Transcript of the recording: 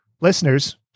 Listeners